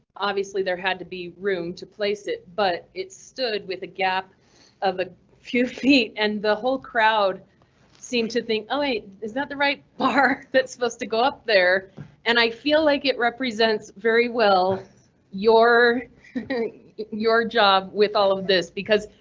obviously there had to be room to place it but it stood with a gap of a few feet and the whole crowd seemed to think oh wait, is that the right bar that supposed to go up there and i feel like it represents very well your your job with all of this because.